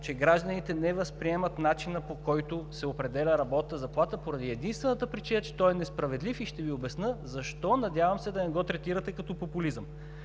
че гражданите не възприемат начина, по който се определя работната заплата, поради единствената причина, че той е несправедлив и ще Ви обясня защо. Надявам се да не го третирате като популизъм.